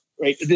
Right